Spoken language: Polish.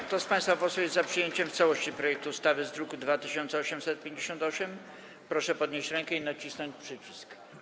Kto z państwa posłów jest za przyjęciem w całości projektu ustawy z druku nr 2858, proszę podnieść rękę i nacisnąć przycisk.